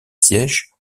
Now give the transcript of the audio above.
sièges